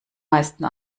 meisten